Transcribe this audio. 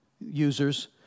users